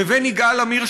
לבין יגאל עמיר,